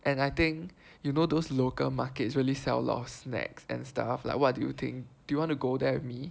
and I think you know those local markets really sell a lot of snacks and stuff like what do you think do you want to go there with me